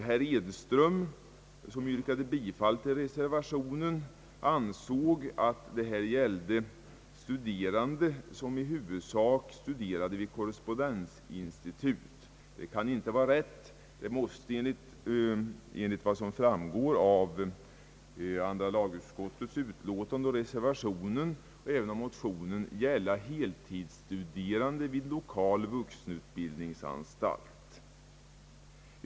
Herr Edström ansåg att det här gällde studerande som i huvudsak studerade vid korrespondensinstitut. Det kan inte vara rätt, ty det måste enligt vad som framgår av andra lagutskottets utlåtande, reservationen och även motionen gälla de heltidsstuderande vid lokala vuxenutbildningsanstalter.